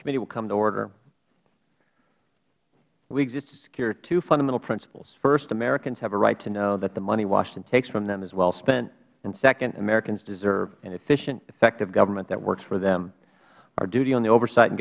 will come to order we exist to secure two fundamental principles first americans have a right to know that the money washington takes from them is wellspent and second americans deserve an efficient effective government that works for them our duty on the oversight and